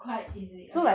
quite easily okay